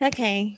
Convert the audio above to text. Okay